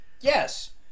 Yes